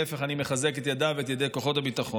להפך, אני מחזק את ידיו ואת ידי כוחות הביטחון.